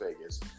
Vegas